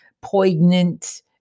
poignant